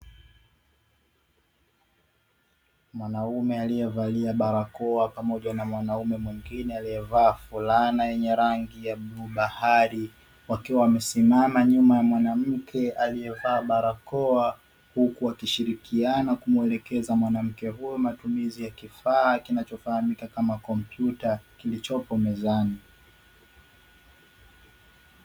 Mwanaume aliyevalia barakoa pamoja na mwanaume mwingine aliyevaa fulana yenye rangi ya bluu bahari wakiwa wamesimama nyuma ya mwanamke aliyevaa barakoa huku wakishirikiana kumwelekeza mwanamke huyo matumizi ya kifaa kinachofahamika kama kompyuta kilichopo mezani.